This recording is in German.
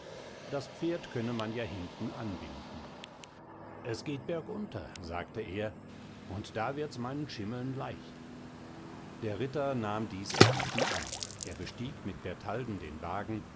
das pferd könne man ja hinten anbinden es geht bergunter sagte er und da wird's meinen schimmeln leicht der ritter nahm dies erbieten an er bestieg mit bertalden den wagen